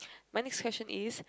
my next question is